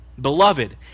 Beloved